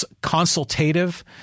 consultative